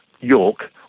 York